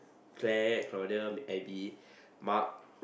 Claire Claudia Abby Mark